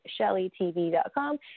ShellyTV.com